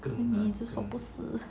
你一直说不是